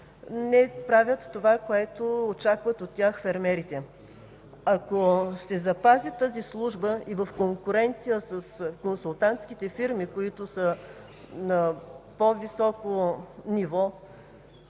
не правят това, което фермерите очакват от тях. Ако се запази тази служба и е в конкуренция с консултантските фирми, които са на по-високо ниво,